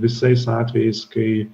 visais atvejais kai